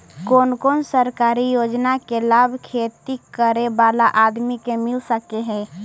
कोन कोन सरकारी योजना के लाभ खेती करे बाला आदमी के मिल सके हे?